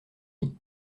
lit